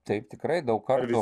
taip tikrai daug kartų